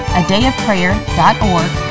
adayofprayer.org